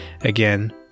Again